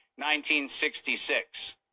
1966